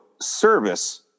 service